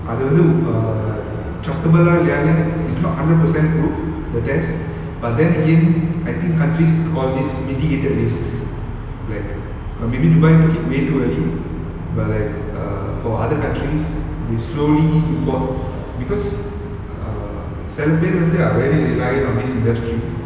அது வந்து:adhu vanthu err trustable lah இல்லையானு:illaiyanu it's not hundred percent proof the test but then again I think countries economies mitigated risks like or maybe dubai took it way too early but like err for other countries they slowly report because err சில பேரு வந்து:sila peru vanthu are very reliant on this industry